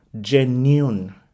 genuine